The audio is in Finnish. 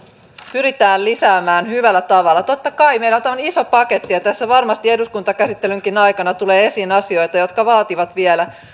pyritään lisäämään hyvällä tavalla totta kai meillä on tämmöinen iso paketti ja tässä varmasti eduskuntakäsittelynkin aikana tulee esiin asioita jotka vaativat vielä